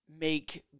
make